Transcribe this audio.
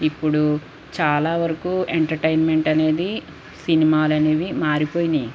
ఇప్పుడు చాలావరకు ఎంటర్టైన్మెంట్ అనేది సినిమాలనేవి మారిపోయిని